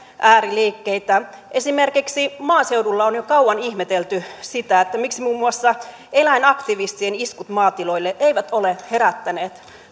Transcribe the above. ääriliikkeitä esimerkiksi maaseudulla on jo kauan ihmetelty sitä miksi muun muassa eläinaktivistien iskut maatiloille eivät ole herättäneet